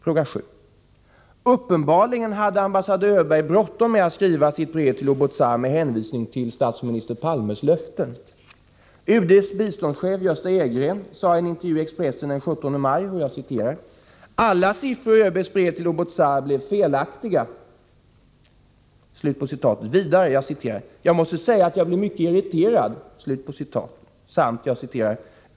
Fråga 7: Uppenbarligen hade ambassadör Öberg bråttom med att skriva sitt brev till Oubouzar med hänvisning till statsminister Palmes löften. UD:s biståndschef, Gösta Edgren, sade i en intervju i Expressen den 17 maj att alla siffror i Öbergs brev till Oubouzar blev felaktiga. Han sade vidare: ”Jag måste säga att jag blev irriterad.